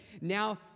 Now